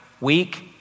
week